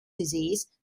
disease